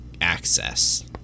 access